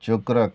cherokee